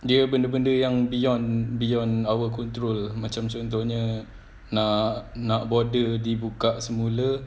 dia benda-benda yang beyond beyond our control macam contohnya nak nak border dibuka semula